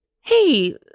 hey